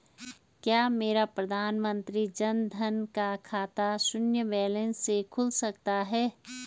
क्या मेरा प्रधानमंत्री जन धन का खाता शून्य बैलेंस से खुल सकता है?